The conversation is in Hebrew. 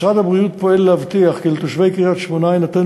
משרד הבריאות פועל להבטיח כי לתושבי קריית-שמונה יינתן